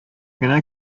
генә